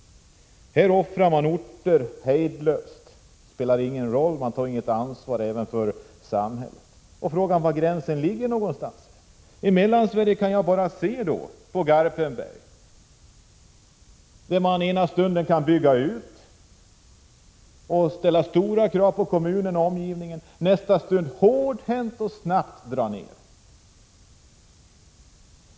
Här offras orter hejdlöst, det spelar ingen roll, man tar inget ansvar. Frågan är var gränsen skall dras. I Mellansverige kan jag visa på Garpenberg, där man ena stunden bygger ut och ställer stora krav på kommunen och omgivningen och nästa stund hårdhänt och snabbt drar ner.